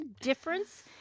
difference